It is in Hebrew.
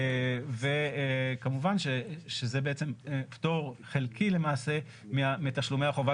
וכמובן שזה בעצם פטור חלקי למעשה מתשלומי החובה